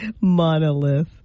monolith